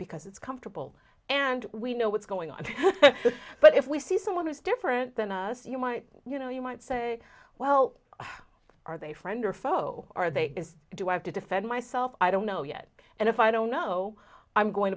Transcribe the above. because it's comfortable and we know what's going on but if we see someone is different than us you might you know you might say well are they friend or foe are they is do i have to defend myself i don't know yet and if i don't know i'm going